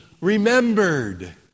remembered